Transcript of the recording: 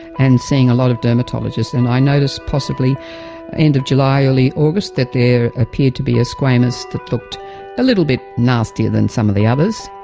and seeing a lot of dermatologists. and i noticed possibly the end of july, early august that there appeared to be a squamous that looked a little bit nastier than some of the others.